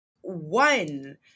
One